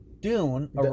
Dune